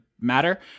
matter